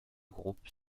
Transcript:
groupe